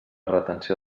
retenció